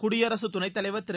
குடியரசுத் துணைத்தலைவர் திரு